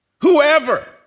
whoever